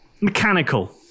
mechanical